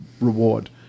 reward